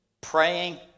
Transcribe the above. praying